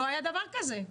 לא היה דבר כזה.